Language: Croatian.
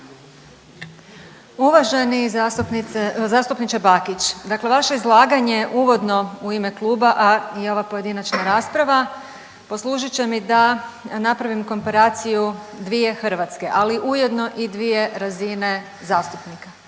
Uvaženi zastupniče Bakić, dakle vaše izlaganje uvodno u ime kluba, a i ova pojedinačna rasprava poslužit će mi da napravim komparaciju dvije Hrvatske, ali ujedno i dvije razine zastupnika.